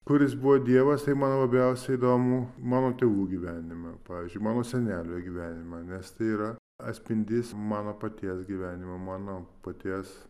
kur jis buvo dievas man labiausiai įdomu mano tėvų gyvenime pavyzdžiui mano senelio gyvenime nes tai yra atspindys mano paties gyvenimo mano paties